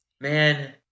man